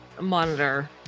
monitor